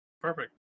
perfect